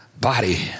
body